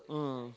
mm